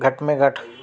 घटि में घटि